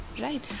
right